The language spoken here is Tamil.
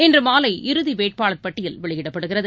இன்றுமாலை இறுதிவேட்பாளர் பட்டியல் வெளியிடப்படுகிறது